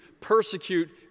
persecute